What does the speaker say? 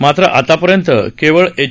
मात्र आतापर्यंत केवळ एच